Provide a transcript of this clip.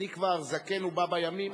אני כבר זקן ובא בימים,